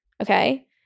Okay